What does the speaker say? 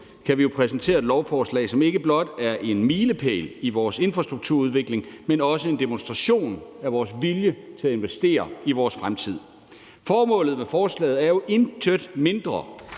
kan vi jo præsentere et lovforslag, som ikke blot er en milepæl i vores infrastrukturudvikling, men også en demonstration af vores vilje til at investere i vores fremtid. Formålet med forslaget er jo intet mindre